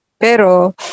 Pero